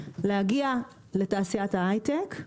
להגיע לתעשיית היי-טק,